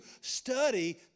study